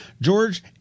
George